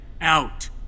out